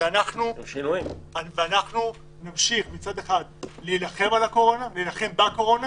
נמשיך להילחם בקורונה